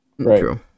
True